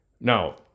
Now